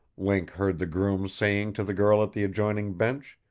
link heard the groom saying to the girl at the adjoining bench.